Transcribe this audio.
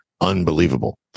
Unbelievable